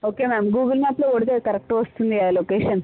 okay ma'am Google మ్యాప్లో కొడితే కరెక్ట్గా వస్తుంది కదా లొకేషన్